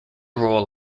role